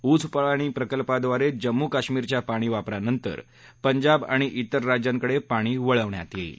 ऊझ पाणी प्रकल्पाद्वारे जम्मू कश्मीरच्या पाणी वापरानंतर पंजाब आणि इतर राज्यांकडे पाणी वळवण्यात येईल